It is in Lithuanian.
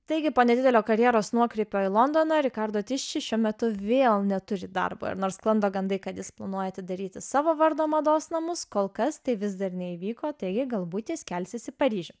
taigi po nedidelio karjeros nuokrypio į londoną riccardo tisci šiuo metu vėl neturi darbo ir nors sklando gandai kad jis planuoja atidaryti savo vardo mados namus kol kas tai vis dar neįvyko taigi galbūt jis kelsis į paryžių